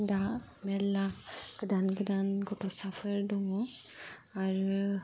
दा मेल्ला गोदान गोदान गथ'साफोर दङ' आरो